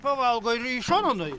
pavalgo ir į šoną nuei